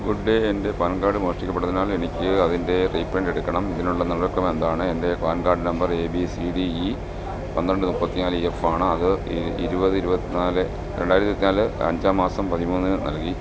good day എൻ്റെ PAN card മോഷ്ടിക്കപ്പെട്ടതിനാൽ എനിക്ക് അതിൻ്റെ റീപ്രിൻ്റ് എടുക്കണം ഇതിനുള്ള നടപടിക്രമം എന്താണ് എൻ്റെ PAN card number A B C D E പന്ത്രണ്ട് മുപ്പത്തിനാല് എഫ് ആണ് അത് ഇരുപത് ഇരുപത്തിനാല് രണ്ടായിരത്തി ഇരുപത്തിനാല് അഞ്ചാം മാസം പതിമൂന്നിന് നൽകി